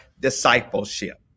discipleship